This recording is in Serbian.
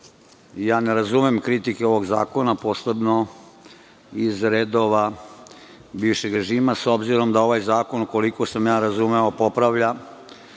ne razumem kritike ovog zakona, posebno iz redova bivšeg režima, s obzirom da ovaj zakon, koliko sam razumeo, popravlja